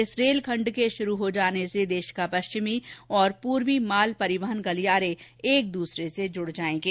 इस रेल खंड के शुरू हो जाने से देश का पश्चिमी और पूर्वी माल परिवहन गलियारे एक दूसरे से जुड जाएंगे